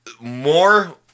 more